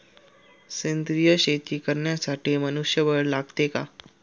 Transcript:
सेंद्रिय शेती करण्यासाठी जास्त मनुष्यबळ लागते का?